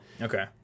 Okay